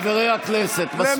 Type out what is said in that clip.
חברי הכנסת, מספיק עם מחיאות הכפיים.